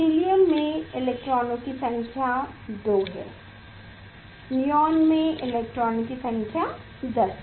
helium में इलेक्ट्रॉनों की संख्या 2 है नियोन में इलेक्ट्रॉनों की संख्या 10 है